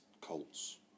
Colts